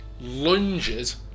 Lunges